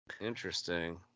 interesting